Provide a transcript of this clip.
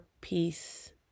peace